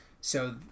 so-